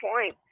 point